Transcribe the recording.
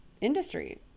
industry